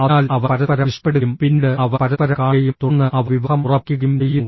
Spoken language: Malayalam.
അതിനാൽ അവർ പരസ്പരം ഇഷ്ടപ്പെടുകയും പിന്നീട് അവർ പരസ്പരം കാണുകയും തുടർന്ന് അവർ വിവാഹം ഉറപ്പിക്കുകയും ചെയ്യുന്നു